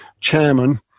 chairman